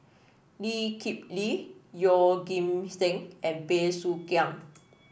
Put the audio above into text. Lee Kip Lee Yeoh Ghim Seng and Bey Soo Khiang